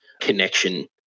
connection